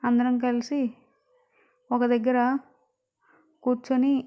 అందరం కలిసి ఒక దగ్గర కూర్చొని